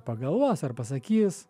pagalvos ar pasakys